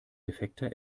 defekter